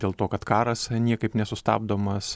dėl to kad karas niekaip nesustabdomas